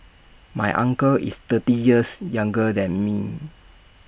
my uncle is thirty years younger than me